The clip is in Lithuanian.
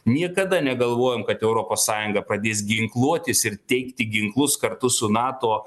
niekada negalvojom kad europos sąjunga pradės ginkluotis ir teikti ginklus kartu su nato